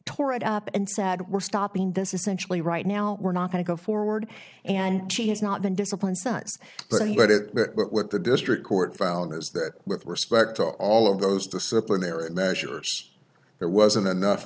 tore it up and said we're stopping this essentially right now we're not going to go forward and she has not been disciplined says what the district court found is that with respect to all of those disciplinary measures there wasn't enough